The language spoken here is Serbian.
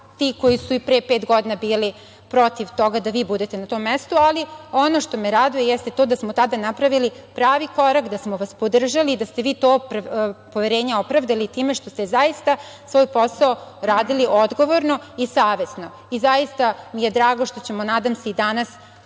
ti koji su i pre pet godina bili protiv toga da vi budete na tom mestu, ali ono što me raduje jeste to da smo tada napravili pravi korak, da smo vas podržali, da ste vi to poverenje opravdali time što ste zaista svoj posao radili odgovorno i savesno. Zaista mi je drago što ćemo, nadam se, i danas